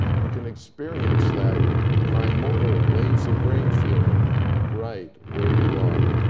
you can experience that primordial waves of grain feeling right where you are.